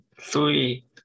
three